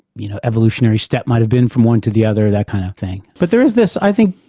you know, evolutionary step might have been from one to the other, that kind of thing. but there is this, i think,